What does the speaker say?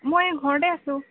মই ঘৰতে আছোঁ